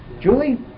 Julie